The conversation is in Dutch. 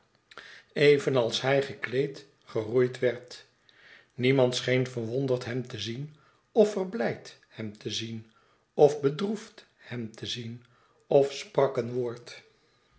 evenals hij gekleed geroeid werd niemand scheen verwonderd hem te zien of verblijd hem te zien of bedroefd hem te zien of sprak een woord